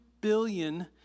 billion